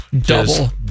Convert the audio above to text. double